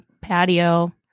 patio